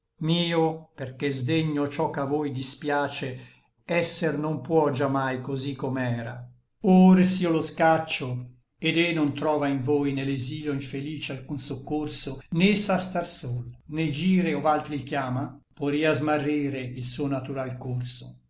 mio perché sdegno ciò ch'a voi dispiace esser non può già mai cosí com'era or s'io lo scaccio et e non trova in voi ne l'exilio infelice alcun soccorso né sa star sol né gire ov'altri il chiama poria smarrire il suo natural corso